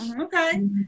Okay